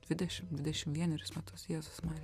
dvidešim dvidešim vienerius metus jėzus marija